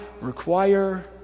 require